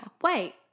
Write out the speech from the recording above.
wait